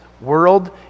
world